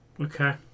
Okay